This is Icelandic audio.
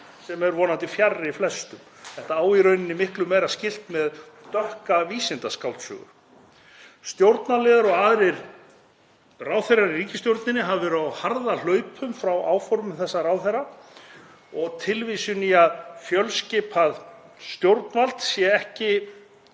sem er vonandi fjarri flestum. Þetta á í rauninni miklu meira skylt við dökka vísindaskáldsögu. Stjórnarliðar og ráðherrar í ríkisstjórninni hafa verið á harðahlaupum frá áformum þessa ráðherra og tilvísun í að fjölskipað stjórnvald sé ekki